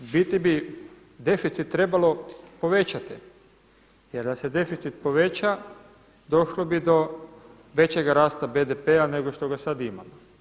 U biti bi deficit trebalo povećati jer da se deficit poveća došlo bi većega rasta BDP-a nego što ga sada imamo.